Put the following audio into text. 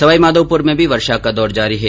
सवाईमाघोपुर में भी वर्षा का दौर जारी है